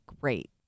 great